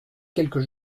quelques